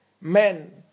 men